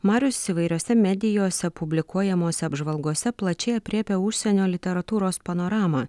marius įvairiose medijose publikuojamose apžvalgose plačiai aprėpia užsienio literatūros panoramą